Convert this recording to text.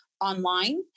online